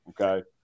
okay